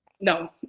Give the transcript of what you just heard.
No